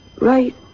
right